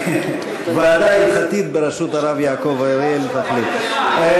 ועדה הלכתית בראשות הרב יעקב אריאל תחליט.